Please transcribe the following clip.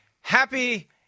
happy